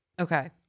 Okay